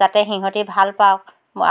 যাতে সিহঁতি ভাল পাওক